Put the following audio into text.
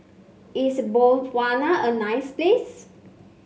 is Botswana a nice place